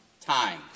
time